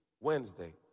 Wednesday